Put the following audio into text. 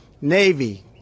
Navy